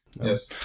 Yes